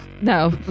No